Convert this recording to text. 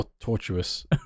tortuous